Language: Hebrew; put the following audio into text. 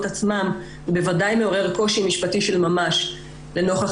עצמם הוא בוודאי מעורר קושי משפטי של ממש לנוכח